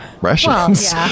rations